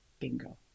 Bingo